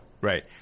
right